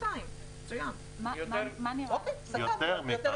אני בספק אם תגיעו לשנייה ושלישית.